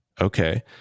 okay